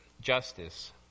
justice